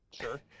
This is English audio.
Sure